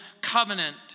covenant